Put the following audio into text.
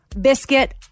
biscuit